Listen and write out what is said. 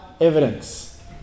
evidence